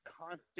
constant